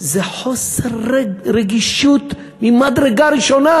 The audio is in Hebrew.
זה חוסר רגישות ממדרגה ראשונה,